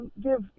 give